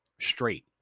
straight